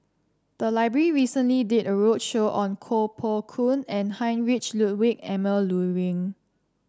the library recently did a roadshow on Koh Poh Koon and Heinrich Ludwig Emil Luering